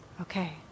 okay